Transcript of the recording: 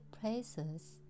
places